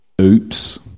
Oops